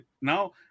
now